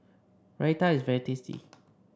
Raita is very tasty